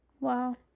Wow